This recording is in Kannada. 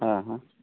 ಹಾಂ